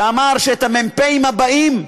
שאמר שאת המ"פים הבאים,